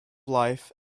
life